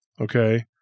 okay